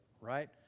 right